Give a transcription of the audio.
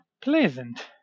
pleasant